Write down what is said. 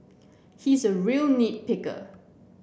he is a real nit picker